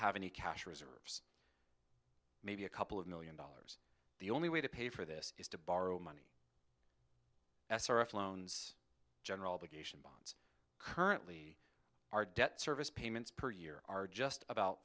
have any cash reserves maybe a couple of million dollars the only way to pay for this is to borrow money s r f loans general currently our debt service payments per year are just about